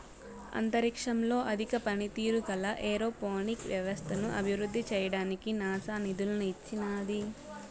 అంతరిక్షంలో అధిక పనితీరు గల ఏరోపోనిక్ వ్యవస్థను అభివృద్ధి చేయడానికి నాసా నిధులను ఇచ్చినాది